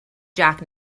jack